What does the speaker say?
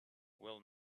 will